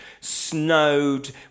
snowed